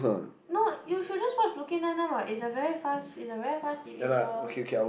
no you should just watch Brooklyn-Nine-Nine what it's a very fast it's a very fast T_V show